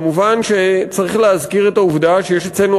מובן שצריך להזכיר את העובדה שיש אצלנו